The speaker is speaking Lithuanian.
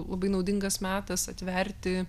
labai naudingas metas atverti